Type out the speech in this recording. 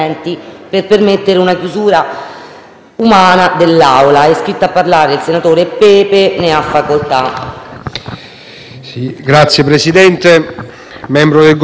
lavori. È iscritto a parlare il senatore Pepe. Ne ha facoltà.